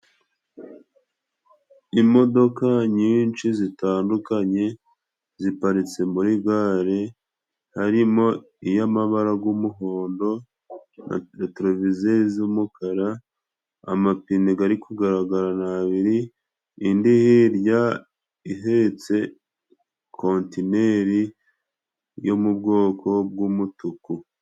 Imodoka nyinshi zitandukanye, ziparitse muri gare harimo iy'amabara g'umuhondo, na tereviziyo z'umukara, amapine gari kugaragara ni abiri indi hirya ihetse kontineri, yo mu bwoko bw'umutuku.